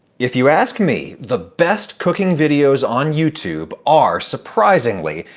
if you ask me, the best cooking videos on youtube are, surprisingly,